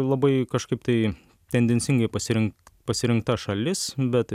labai kažkaip tai tendencingai pasirink pasirinkta šalis bet